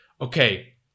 okay